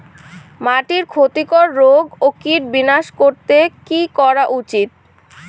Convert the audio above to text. মাটিতে ক্ষতি কর রোগ ও কীট বিনাশ করতে কি করা উচিৎ?